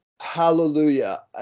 Hallelujah